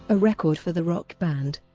a record for the rock band.